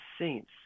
saints